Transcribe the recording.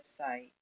website